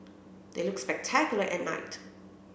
they look spectacular at night